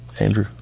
andrew